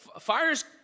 Fires